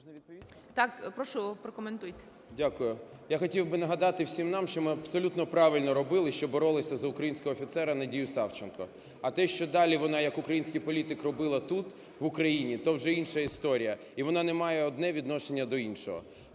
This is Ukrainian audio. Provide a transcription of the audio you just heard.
Так, прошу, прокоментуйте. ГОНЧАРЕНКО О.О. Дякую. Я хотів би нагадати всім нам, що ми абсолютно правильно робили, що боролися за українського офіцера Надію Савченко. А те, що далі вона як український політик робила тут, в Україні, то вже інша історія, і вона не має одне відношення до іншого.